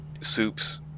soups